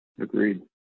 Agreed